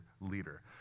leader